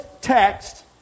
text